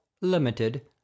Limited